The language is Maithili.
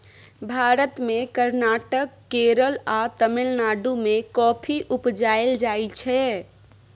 भारत मे कर्नाटक, केरल आ तमिलनाडु मे कॉफी उपजाएल जाइ छै